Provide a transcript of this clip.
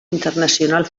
internacional